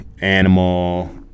animal